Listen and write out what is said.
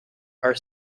are